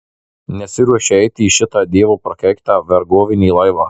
nesiruošiu eiti į šitą dievo prakeiktą vergovinį laivą